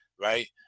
right